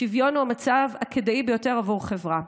שוויון הוא המצב הכדאי ביותר עבור חברה.